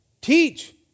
Teach